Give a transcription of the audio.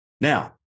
Now